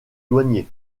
douaniers